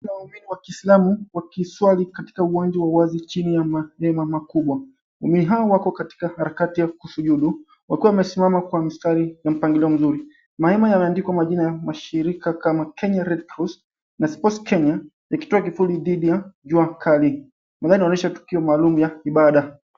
Waumini wa kislamu wakiswali katika uwanja wa wazi chini ya mahema makubwa. Waumini hawa wako katika harakati ya kushujulu, wakiwa wamesimama kwa mstari na mpangilio mzuri. Mahema yameandikwa majina ya mashirika kama Kenya Red Cross, na Sports Kenya likitoa kivuli dhidi ya jua kali. Maeneo yanaonyesha tukio maalum ya ibada.